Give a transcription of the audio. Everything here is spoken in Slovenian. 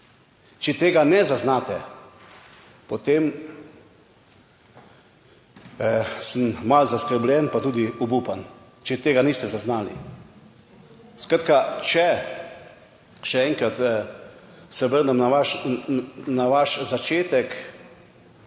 Če tega ne zaznate, potem sem malo zaskrbljen, pa tudi obupan, če tega niste zaznali. Skratka, če še enkrat se vrnem na vaš začetek,